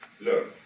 Look